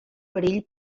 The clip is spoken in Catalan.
perill